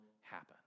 happen